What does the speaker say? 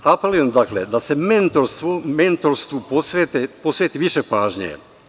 Apelujem, dakle, da se mentorstvu posveti više pažnje.